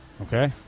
Okay